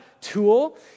tool